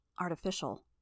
Artificial